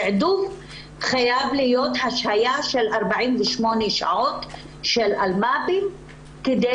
התעדוף חייב להיות השהייה של 48 שעות של אלמ"בים כדי